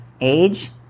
age